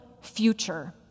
future